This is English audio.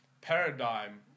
paradigm